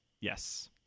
Yes